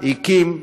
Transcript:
הקים,